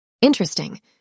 Interesting